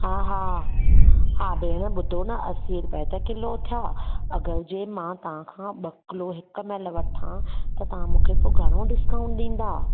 हा हा हा भेण ॿुधो न असी रुपए त किलो थिया अगरि जे मां तव्हां खां ॿ किलो हिकमहिल वठां त तव्हां मूंखे पोइ घणो डिस्काउंट ॾींदा